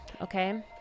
okay